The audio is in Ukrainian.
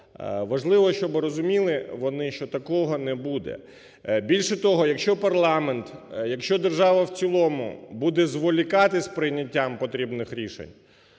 важливо, щоби розуміли вони, що такого не буде. Більше того, якщо парламент, якщо держава в цілому буде зволікати з прийняттям потрібних рішень,